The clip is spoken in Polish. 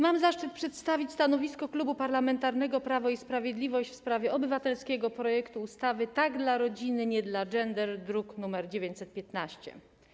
Mam zaszczyt przedstawić stanowisko Klubu Parlamentarnego Prawo i Sprawiedliwość wobec obywatelskiego projektu ustawy „Tak dla rodziny, nie dla gender”, druk nr 915.